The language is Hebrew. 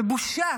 זו בושה